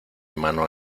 mano